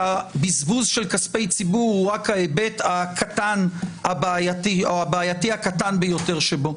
שהבזבוז של כספי ציבור הוא רק ההיבט הבעייתי הקטן ביותר שבו.